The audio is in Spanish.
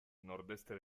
nordeste